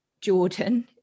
Jordan